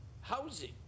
housing